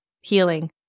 Healing